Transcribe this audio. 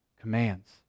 commands